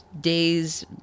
days